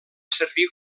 servir